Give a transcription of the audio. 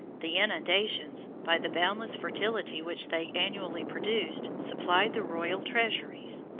the inundations, by the boundless fertility which they annually produced, supplied the royal treasuries.